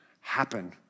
happen